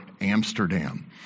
Amsterdam